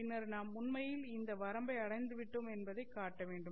பின்னர் நாம் உண்மையில் இந்த வரம்பை அடைந்துவிட்டோம் என்பதையும்காட்ட வேண்டும்